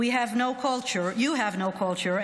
"You have no culture",